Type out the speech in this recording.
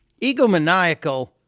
egomaniacal